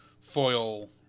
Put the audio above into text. foil